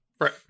Right